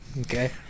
Okay